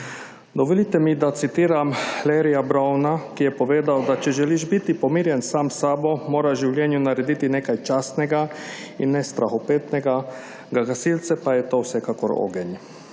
Dovolite mi, da citiram Larrya Browna, ki je povedal, da »če želiš biti pomirjen sam s sabo, moraš v življenju narediti nekaj častnega in ne strahopetnega, za gasilce pa je to vsekakor ogenj.«